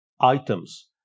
items